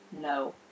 no